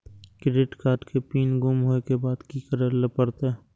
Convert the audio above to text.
Credit card के pin गुम होय के बाद की करै ल परतै?